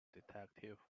detective